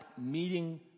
meeting